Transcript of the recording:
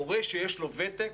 מורה שיש לו ותק,